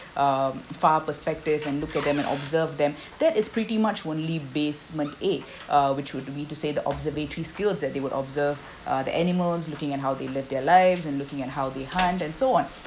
um far perspective and look at them and observe them that is pretty much only based uh which would mean to say the observatory skills that they would observe uh the animals looking at how they live their lives and looking at how the hunt and so on